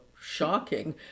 shocking